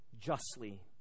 justly